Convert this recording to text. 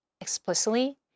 explicitly